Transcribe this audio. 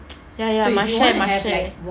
ya ya must share must share